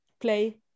play